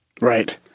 Right